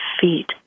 feet